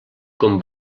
com